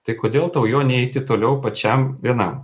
tai kodėl tau juo neiti toliau pačiam vienam